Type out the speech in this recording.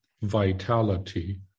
vitality